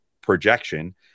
projection